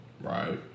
Right